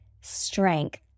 strength